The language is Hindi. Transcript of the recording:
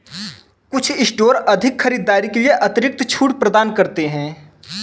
कुछ स्टोर अधिक खरीदारी के लिए अतिरिक्त छूट प्रदान करते हैं